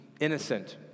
innocent